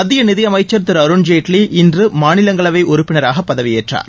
மத்திய நிதியமைச்ச் திரு அருண் ஜேட்லி இன்று மாநிலங்களவை உறுப்பினராக பதவியேற்றார்